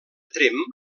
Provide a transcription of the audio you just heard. tremp